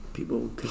People